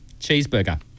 cheeseburger